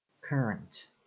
Current